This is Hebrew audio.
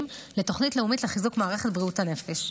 לתוכנית לאומית לחיזוק מערכת בריאות הנפש.